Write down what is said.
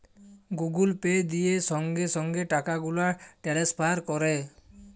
Google Pay দিয়ে সংগে সংগে টাকাগুলা টেলেসফার ক্যরা